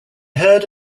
heard